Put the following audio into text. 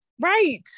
Right